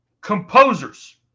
Composers